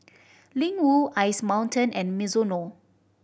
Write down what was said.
Ling Wu Ice Mountain and Mizuno